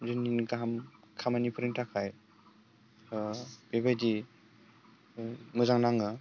जोंनिनो गाहाम खामानिफोरनि थाखाय बेबायदि मोजां नाङो